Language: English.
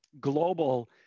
global